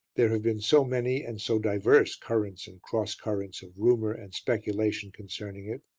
there have been so many and so divers currents and cross-currents of rumour and speculation concerning it,